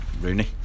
Rooney